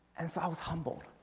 and so i was humble,